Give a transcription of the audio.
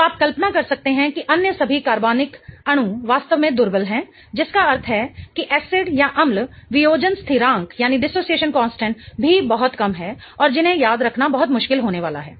तो आप कल्पना कर सकते हैं कि अन्य सभी कार्बनिक अणु वास्तव में दुर्बल हैं जिसका अर्थ है कि एसिड अम्ल वियोजन स्थिरांक भी बहुत कम है और जिन्हें याद रखना बहुत मुश्किल होने वाला है